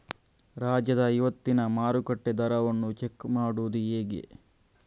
ರಾಜ್ಯದ ಇವತ್ತಿನ ಮಾರುಕಟ್ಟೆ ದರವನ್ನ ಚೆಕ್ ಮಾಡುವುದು ಹೇಗೆ?